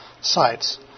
sites